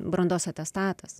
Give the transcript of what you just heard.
brandos atestatas